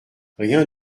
rien